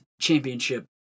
championship